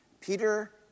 Peter